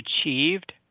achieved